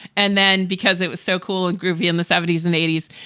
and then because it was so cool and groovy in the seventy s and eighty s,